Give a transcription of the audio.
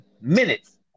minutes